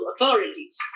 authorities